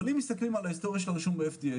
אבל אם מסתכלים על ההיסטוריה של הרישום ב-FDA,